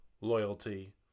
loyalty